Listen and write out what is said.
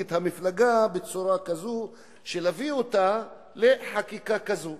את המפלגה בצורה כזו כדי להביא אותה לחקיקה כזו.